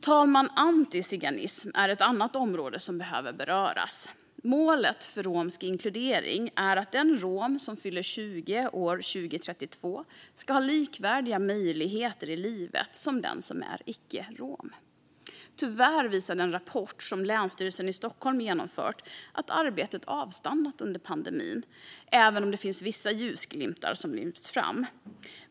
Fru talman! Antiziganism är ett annat område som behöver beröras. Målet för romsk inkludering är att den rom som fyller 20 år 2032 ska ha likvärdiga möjligheter i livet som den som är icke-rom. Tyvärr visar den rapport som Länsstyrelsen i Stockholm genomfört att arbetet avstannade under pandemin, även om det finns vissa ljusglimtar som lyfts fram.